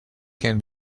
can